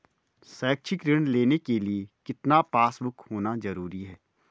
शैक्षिक ऋण लेने के लिए कितना पासबुक होना जरूरी है?